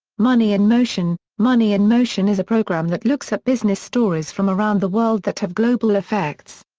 money in motion money in motion is a program that looks at business stories from around the world that have global effects.